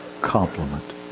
compliment